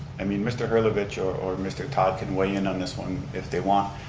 i mean mr. hullervich or or mr. todd can weigh in on this one if they want.